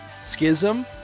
schism